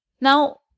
Now